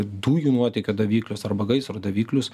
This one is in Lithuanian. dujų nuotėkio daviklius arba gaisro daviklius